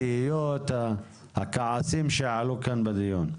התהיות והכעסים שעלו כאן בדיון שלי.